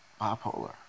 bipolar